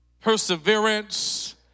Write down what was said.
perseverance